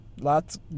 lots